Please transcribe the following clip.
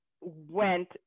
went